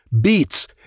beats